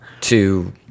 to-